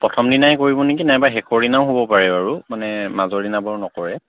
প্ৰথম দিনাই কৰিব নেকি নাইবা শেষৰ দিনাও হ'ব পাৰে আৰু মানে মাজৰ দিনা বাৰু নকৰে